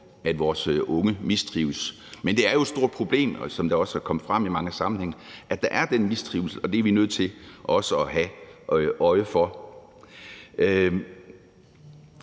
at vores unge mistrives. Men det er jo et stort problem, som det også er kommet frem i mange sammenhænge, at der er den mistrivsel, og det er vi nødt til også at have øje for.